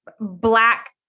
black